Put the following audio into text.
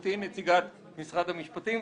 גבירתי נציגת משרד המשפטים,